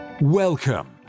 Welcome